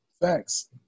Thanks